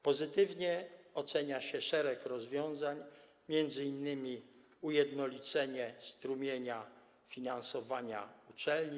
Pozytywnie ocenia się szereg rozwiązań, m.in. ujednolicenie strumienia finansowania uczelni.